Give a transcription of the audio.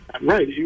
Right